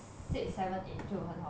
six seven eight 就很好看